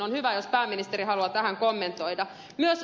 on hyvä jos pääministeri haluaa tähän kommentoida